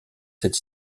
cette